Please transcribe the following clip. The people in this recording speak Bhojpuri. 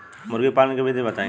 मुर्गी पालन के विधि बताई?